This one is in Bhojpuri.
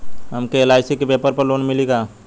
हमके एल.आई.सी के पेपर पर लोन मिली का?